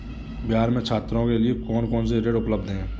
बिहार में छात्रों के लिए कौन कौन से ऋण उपलब्ध हैं?